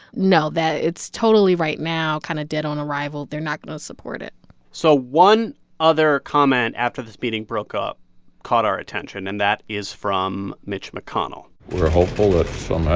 no, that it's totally, right now, kind of dead on arrival. they're not going to support it so one other comment after this meeting broke up caught our attention, and that is from mitch mcconnell we're hopeful that